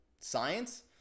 science